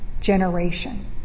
generation